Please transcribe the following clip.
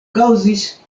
kaŭzis